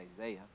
Isaiah